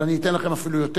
אבל אני אתן לכם אפילו יותר.